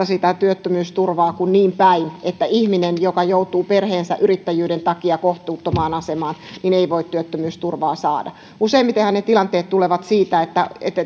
sitä työttömyysturvaa kuin niinpäin että ihminen joka joutuu perheensä yrittäjyyden takia kohtuuttomaan asemaan ei voi työttömyysturvaa saada useimmitenhan ne tilanteet tulevat siitä että